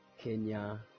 Kenya